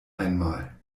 einmal